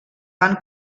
van